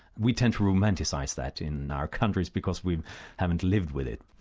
we tend to romanticise that in our countries, because we haven't lived with it.